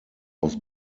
was